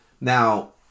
Now